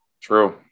True